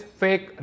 fake